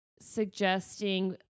suggesting